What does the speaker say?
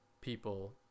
people